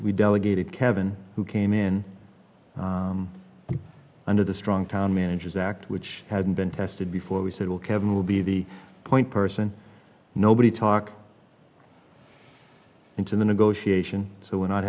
we delegated kevin who came in under the strong town manager's act which hadn't been tested before we said well kevin will be the point person nobody talks into the negotiation so we're not